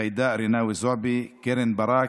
ג'ידא רינאוי זועבי, קרן ברק,